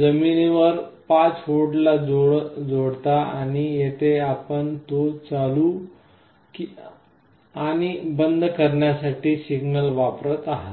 जमिनीवर 5V ला जोडता आणि येथे आपण तो चालू आणि बंद करण्यासाठी सिग्नल वापरत आहात